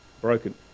broken